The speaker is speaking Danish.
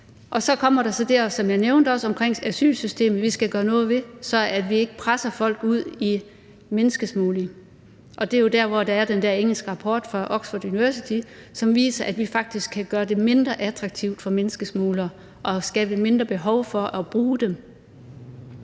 Så kommer der også det, som jeg nævnte omkring asylsystemet, at vi skal gøre noget ved det, så vi ikke presser folk ud i menneskesmugling. Og det er jo der, hvor der er den der engelske rapport fra Oxford University, som viser, at vi faktisk kan gøre det mindre attraktivt for menneskesmuglere og skabe et mindre behov for at bruge dem.